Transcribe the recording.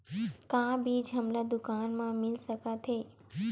का बीज हमला दुकान म मिल सकत हे?